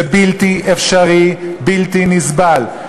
זה בלתי אפשרי, בלתי נסבל.